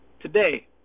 Today